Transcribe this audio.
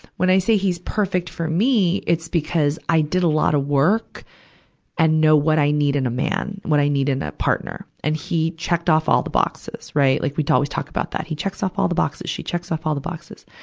when i say he's perfect for me, it's because i did a lot of work and know what i need in a man, what i need in a partner. and he checked off all the boxes, right. like we talk, we talk about that. he checks off all the boxes she checks off all the boxes.